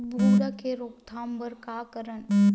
भूरा के रोकथाम बर का करन?